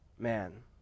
Man